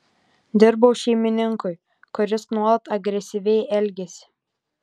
dirbau šeimininkui kuris nuolat agresyviai elgėsi